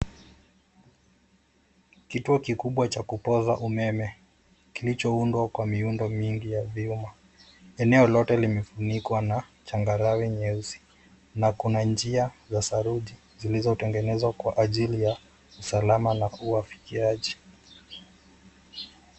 Kituo kikubwa cha kupoza umeme kilichoundwa kwa miundo mingi ya vyuma. Eneo lote limefunikwa na changarawe nyeusi na kuna njia za saruji ziliyotengenezwa kwa ajili ya usalama na uwafikiaji.